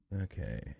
Okay